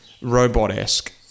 robot-esque